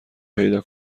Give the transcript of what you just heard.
پیدا